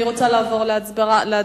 אני רוצה לעבור להצבעה.